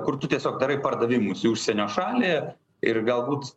kur tu tiesiog darai pardavimus į užsienio šalį ir galbūt